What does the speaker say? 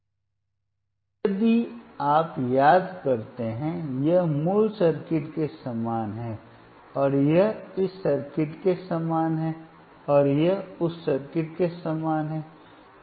अब यदि आप याद करते हैं यह मूल सर्किट के समान है और यह इस सर्किट के समान है और यह उस सर्किट के समान है